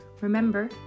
Remember